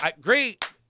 Great